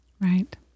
Right